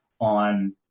on